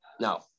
Now